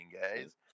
guys